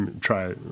try